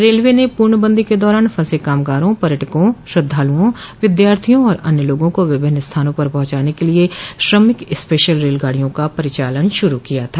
railway ने पूर्णबंदी के दौरान फंसे कामगारों पर्यटकों श्रद्धालुओं विद्यार्थियों और अन्य लोगों को विभिन्न स्थानों पर पहुंचाने के लिए श्रमिक स्पेशल रेलगाड़ियों का परिचालन शुरू किया था